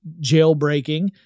jailbreaking